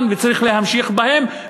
באיראן וצריך להמשיך בהן,